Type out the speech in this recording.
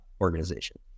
organization